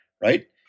right